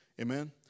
Amen